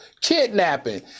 kidnapping